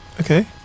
Okay